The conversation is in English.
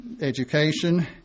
education